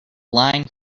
line